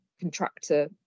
contractor